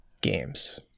games